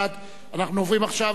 אנחנו עוברים עכשיו למרצ.